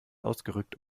ausgerückt